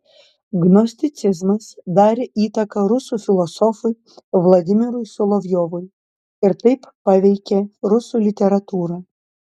gnosticizmas darė įtaką rusų filosofui vladimirui solovjovui ir taip paveikė rusų literatūrą